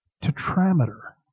tetrameter